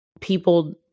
people